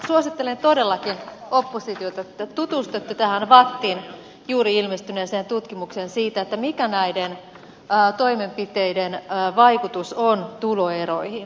suosittelen todellakin oppositiolle että tutustutte tähän vattin juuri ilmestyneeseen tutkimukseen siitä mikä näiden toimenpiteiden vaikutus on tuloeroihin